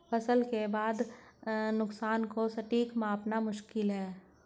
फसल के बाद के नुकसान को सटीक मापना मुश्किल है